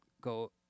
go